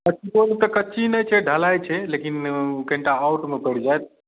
कच्चीओमे तऽ कच्ची नहि छै ढलाइ छै लेकिन कनिटा आउटमे पड़ि जाएत